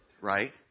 right